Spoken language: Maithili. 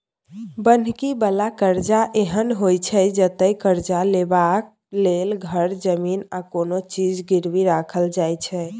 बन्हकी बला करजा एहन होइ छै जतय करजा लेबाक लेल घर, जमीन आ कोनो चीज गिरबी राखल जाइ छै